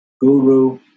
Guru